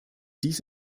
dies